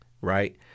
right